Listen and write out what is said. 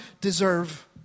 deserve